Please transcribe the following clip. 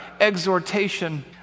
exhortation